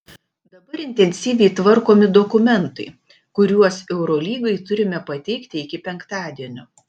dabar intensyviai tvarkomi dokumentai kuriuos eurolygai turime pateikti iki penktadienio